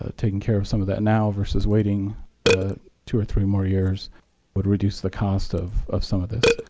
ah taking care of some of that now versus waiting two or three more years would reduce the cost of of some of this.